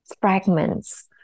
fragments